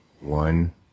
One